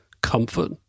comfort